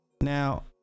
now